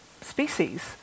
species